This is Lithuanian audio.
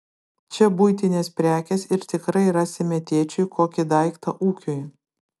čia buitinės prekės ir tikrai rasime tėčiui kokį daiktą ūkiui